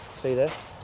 see this?